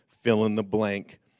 fill-in-the-blank